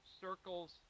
circles